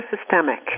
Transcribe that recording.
systemic